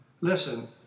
Listen